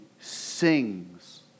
sings